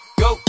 go